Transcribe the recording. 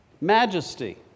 Majesty